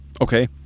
Okay